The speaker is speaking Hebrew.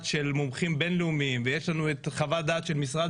של מומחים בין-לאומיים ויש לנו חוות דעת של משרד